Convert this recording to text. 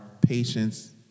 patience